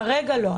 לא, כרגע לא.